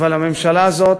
אבל הממשלה הזאת